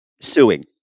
suing